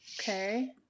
Okay